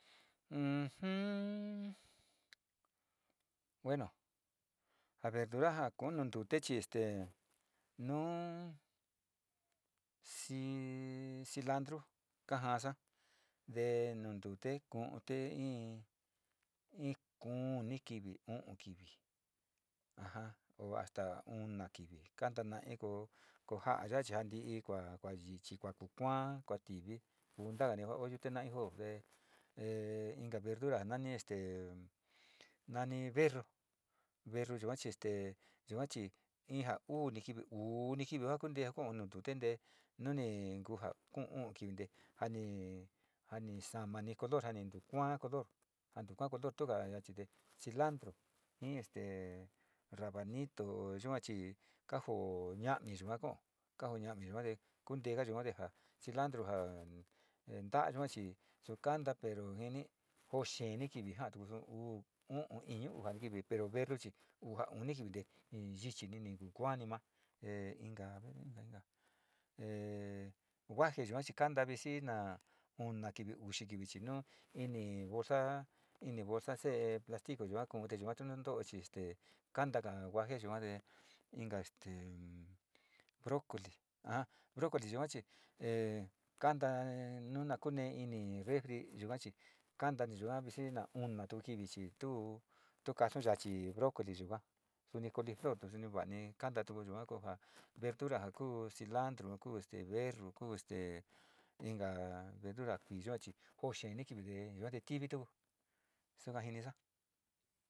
U suu, bueno, ja verdura ja kuun nu ntute chi este nu síii, silauitru, nu ntute kuun te in kuuni kivi, uu kivi, aja o hasta una kivi kanta naii ko jaa ya chi o ntíjiji koara yichr koa ku kuara, koo tiup, puntan ja yute naiipo te te inka verdora nomi este nani verru, verru yuach' este yua chi ii jo o sui kiui o kiui kuntee ja koo nu ntute te noni ngu ja uuu kiui te ja ni, ja ni somanr color a no tu koa color, nu ntuta color tuga a chi te aliantropi, jo este rabanito, yuachi ka joo ñaani yuga koo ka jao ñaami yuga kunteega te jo cilantro ja ntaa yua chi, chi tu karita pero jini jo xee kivi ja tu uu, uu ni iñu, uxa kivi pero verruchi uu ja unite ni yichi' ni, ni tu kuonn maa einka e juaje je yua chi kanta visi na ona kiui, uxi kiui chi nu ini lootsr, ini lootaa see plástico. Yua kou te yua nantoo chi este kantoga juaje yua te inka este brocoli a brocoli yua chi e kanta nuu kanee ini refri, refrii yuka chi' kantaní vixi na unato kiui chi tu, tu tu kaso yochi chi brocoli yuga, son pedflor soni kaani kantato yuga koo ja verdetcr ja koo cilantlo, ku este verru, ko este inka verdura kui yuach ii. Xeeni kiui yuate tiuptuku suka jinisa.